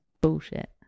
bullshit